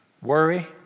worry